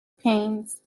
panes